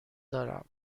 دارم